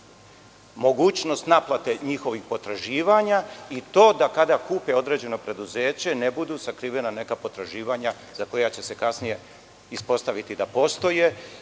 mogućnost naplate njihovih potraživanja i to da kada kupe određeno preduzeće ne budu sakrivena neka potraživanja za koja će se kasnije ispostaviti da postoje.